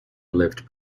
lived